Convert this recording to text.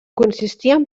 consistien